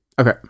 Okay